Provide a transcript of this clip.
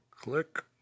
Click